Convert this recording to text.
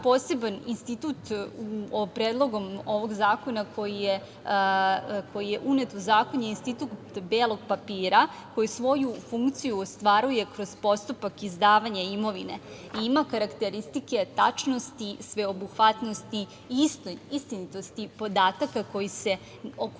poseban institut, Predlogom ovog zakona, koji je unet u zakon, je institut belog papira koji svoju funkciju ostvaruje kroz postupak izdavanja imovine i ima karakteristike tačnosti, sveobuhvatnosti i istinitosti podataka o koji